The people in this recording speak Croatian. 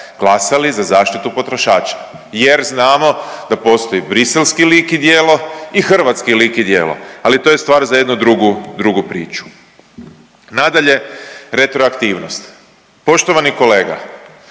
glasali za zaštitu potrošača, jer znamo da postoji briselski lik i djelo i hrvatski lik i djelo. Ali to je stvar za jednu drugu priču. Nadalje retroaktivnost. Poštovani kolega,